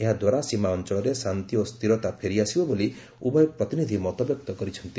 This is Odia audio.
ଏହାଦ୍ୱାରା ସୀମା ଅଞ୍ଚଳରେ ଶାନ୍ତି ଓ ସ୍ଥିରତା ଫେରି ଆସିବ ବୋଲି ଉଭୟ ପ୍ରତିନିଧି ମତବ୍ୟକ୍ତ କରିଛନ୍ତି